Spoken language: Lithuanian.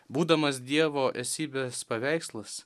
būdamas dievo esybės paveikslas